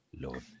Lord